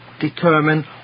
determine